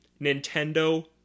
Nintendo